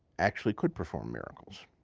actually could perform miracles.